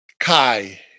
Kai